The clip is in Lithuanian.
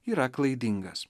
yra klaidingas